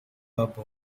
bondi